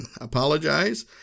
Apologize